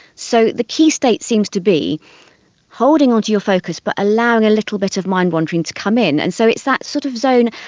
so the key state seems to be holding onto your focus but allowing a little bit of mind wandering to come in, and so it's that sort of zone,